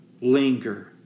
linger